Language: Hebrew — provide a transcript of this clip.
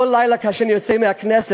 כל לילה כאשר אני יוצא מהכנסת,